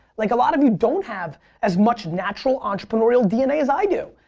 like a lot of you don't have as much natural entrepreneurial dna as i do.